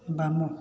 ବାମ